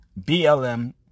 BLM